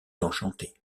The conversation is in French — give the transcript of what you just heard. enchanté